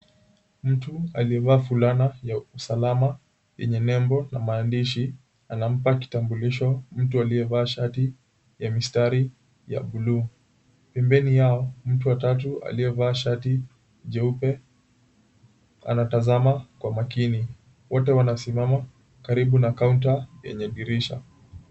Mtu aliyevaa fulana ya usalama yenye nembo na maandishi anampa kitambulisho mtu aliyevaa shati ya mistari ya buluu. Pembeni yao mtu wa tatu aliyevaa shati jeupe anatazama kwa makini, wote wamesimama karibu na kaunta yenye dirisha.